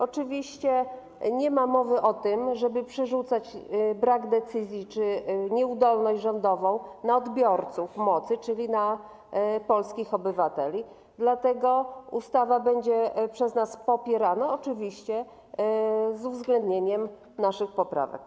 Oczywiście nie ma mowy o tym, żeby przerzucać odpowiedzialność za brak decyzji czy nieudolność rządową na odbiorców mocy, czyli na polskich obywateli, dlatego ustawa będzie przez nas popierana, oczywiście z uwzględnieniem naszych poprawek.